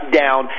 down